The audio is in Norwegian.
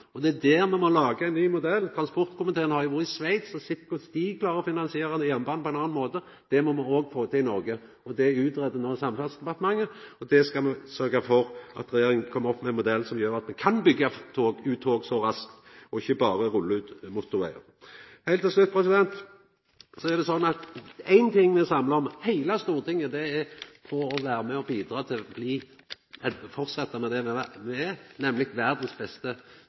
jernbanen. Det er der me må laga ein ny modell. Transportkomiteen har vore i Sveits og sett på korleis dei klarar å finansiera jernbanen på ein annan måte. Det må me òg få til i Noreg. Det blir no utgreidd i Samferdselsdepartementet. Me skal sørgja for at regjeringa kjem opp med ein modell som gjer at me kan byggja ut tog raskt og ikkje berre rulla ut motorvegar. Heilt til slutt: Det er éin ting heile Stortinget er samla om – det er å vera med på å bidra til å halda fram med det me er, nemleg verdas beste nasjon på elbil. Der er me